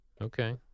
Okay